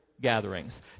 gatherings